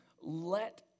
let